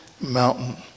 mountain